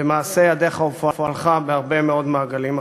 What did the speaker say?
במעשי ידיך ובפועלך בהרבה מאוד מעגלים אחרים.